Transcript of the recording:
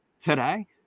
Today